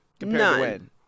none